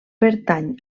pertany